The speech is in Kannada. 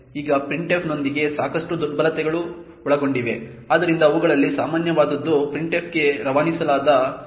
ಈಗ printf ನೊಂದಿಗೆ ಸಾಕಷ್ಟು ದುರ್ಬಲತೆಗಳು ಒಳಗೊಂಡಿವೆ ಆದ್ದರಿಂದ ಸಾಕಷ್ಟು ವಾದಗಳಿಂದಾಗಿ ಅವುಗಳಲ್ಲಿ ಸಾಮಾನ್ಯವಾದದ್ದನ್ನು printf ಗೆ ರವಾನಿಸಲಾಗುತ್ತದೆ